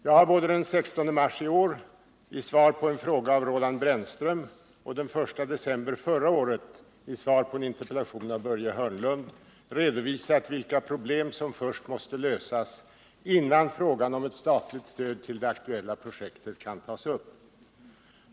Jag har både den 16 mars i år i mitt svar på en fråga av Roland Brännström och den 1 december förra året i mitt svar på en interpellation av Börje Hörnlund redovisat vilka problem som först måste lösas innan frågan om ett statligt stöd till det aktuella projektet kan tas upp.